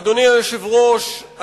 אדוני היושב-ראש,